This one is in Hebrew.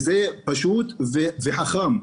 זה פשוט וחכם.